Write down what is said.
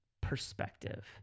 perspective